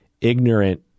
ignorant